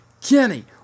Kenny